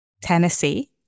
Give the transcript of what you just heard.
Tennessee